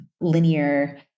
linear